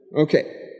Okay